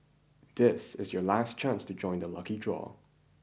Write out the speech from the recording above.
this is your last chance to join the lucky draw